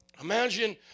Imagine